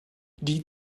die